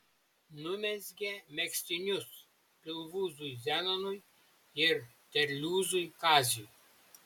numezgė megztinius pilvūzui zenonui ir terliūzui kaziui